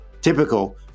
typical